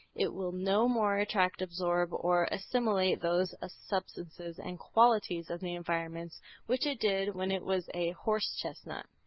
it will no more attract, absorb or assimilate those ah substances and qualities of the environments which it did when it was a horse-chestnut.